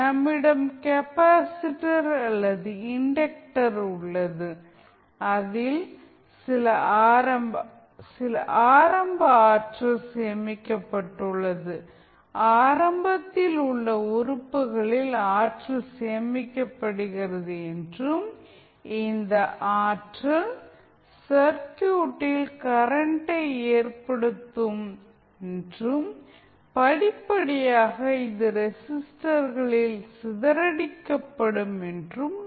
நம்மிடம் கெப்பாசிட்டர் அல்லது இன்டக்டர் உள்ளது அதில் சில ஆரம்ப ஆற்றல் சேமிக்கப்பட்டுள்ளது ஆரம்பத்தில் அந்த உறுப்புகளில் ஆற்றல் சேமிக்கப்படுகிறது என்றும் இந்த ஆற்றல் சர்க்யூட்டில் கரண்டை ஏற்படுத்தும் என்றும் படிப்படியாக இது ரெசிஸ்டர்களில் சிதறடிக்கப்படும் என்றும் நாம் கருதுகிறோம்